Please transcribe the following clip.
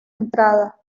entrada